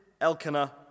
Elkanah